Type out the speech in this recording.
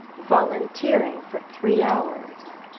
volunteering for three hours.